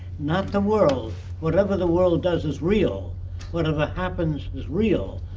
not the world. whatever the world does is real whatever happens is real.